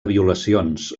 violacions